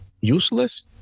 Useless